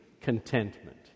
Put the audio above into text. contentment